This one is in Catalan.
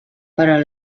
però